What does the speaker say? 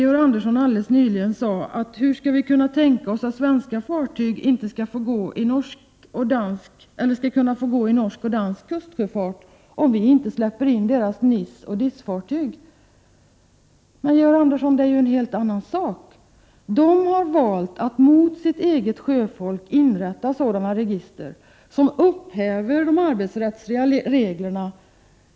Georg Andersson frågade om vi kan tänka oss att svenska fartyg skall få gå i norsk och dansk kustsjöfart, om Sverige inte släpper in deras NIS och DIS-fartyg. Men, Georg Andersson, det är ju en helt annan sak. Norge och Danmark har valt att mot sina egna sjöfolk inrätta sådana register som upphäver de arbetsrättsliga reglerna.